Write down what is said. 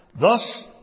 Thus